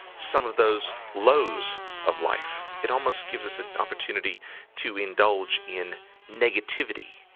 some of those lows of life. it almost gives us an opportunity to indulge in negativity,